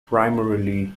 primarily